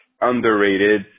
underrated